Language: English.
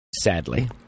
sadly